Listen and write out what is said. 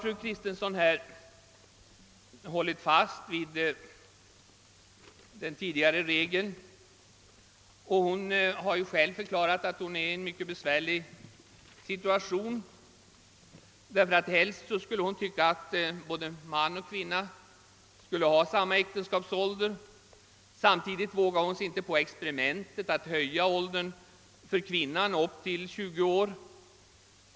Fru Kristensson håller fast vid den tidigare regeln och sade själv att hon nu befinner sig i en besvärlig situation, eftersom hon tycker att äktenskapsåldern helst borde vara densamma för man och kvinna. Hon vågar sig emellertid inte på experimentet att höja gif-' termålsåldern för kvinnan upp till 20 år.